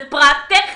זה פרט טכני.